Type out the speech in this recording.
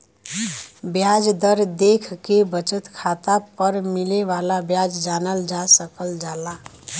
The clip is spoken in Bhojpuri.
ब्याज दर देखके बचत खाता पर मिले वाला ब्याज जानल जा सकल जाला